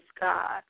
God